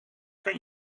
kan